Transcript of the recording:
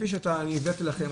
--- אני הבאתי לכם,